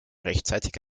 rechtzeitig